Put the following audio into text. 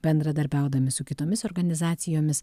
bendradarbiaudami su kitomis organizacijomis